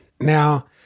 Now